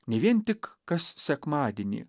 ne vien tik kas sekmadienį